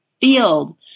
field